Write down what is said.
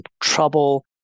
trouble